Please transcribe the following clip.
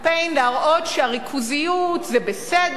להראות שהריכוזיות זה בסדר,